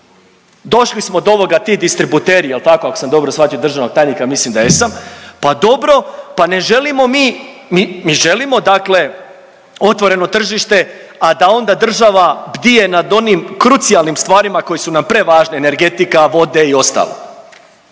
Došli smo do ovoga, ti distributeri jel tako ako sam dobro shvatio državnog tajnika, a mislim da jesam, pa dobro pa ne želimo mi, mi želimo dakle otvoreno tržište, a da onda država bdije nad onim krucijalnim stvarima koje su nam prevažne energetika, vode i ostalo